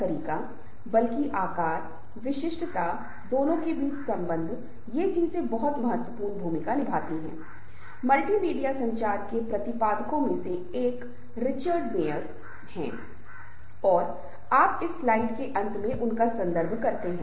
समूह गतिशील एक सामाजिक समूह के भीतर होने वाली व्यवहार और मनोवैज्ञानिक प्रक्रिया की एक प्रणाली है और ये इंट्राग्रुप डायनामिक्स या सामाजिक समूहों के बीच हो सकता है जो कि अंतर समूह की गतिशीलता है